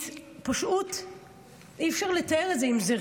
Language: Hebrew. פשוט אי-אפשר לתאר את זה,